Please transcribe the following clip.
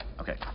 Okay